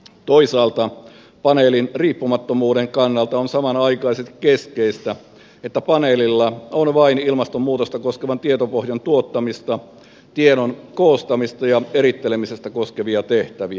toisaalta paneelin riippumattomuuden kannalta on samanaikaisesti keskeistä että paneelilla on vain ilmastonmuutosta koskevan tietopohjan tuottamista ja tiedon koostamista ja erittelemistä koskevia tehtäviä